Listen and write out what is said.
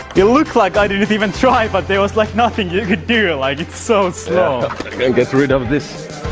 it looked like i didn't even try but there was like nothing you could do like it's so slow! i can get rid of this